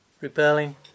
Repelling